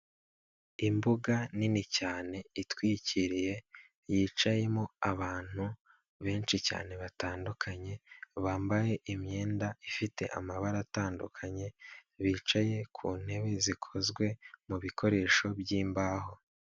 Imbuga nini cyane itwikiriye, yicayemo abantu benshi cyane batandukanye, bambaye imyenda ifite amabara atandukanye, bicaye ku ntebe zikozwe mu bikoresho by'imbaho.